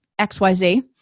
XYZ